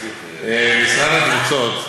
משרד התפוצות,